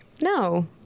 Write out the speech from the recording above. No